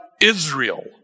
Israel